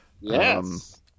Yes